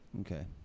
okay